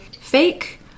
fake